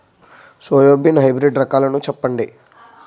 Soybean hybrid రకాలను చెప్పండి?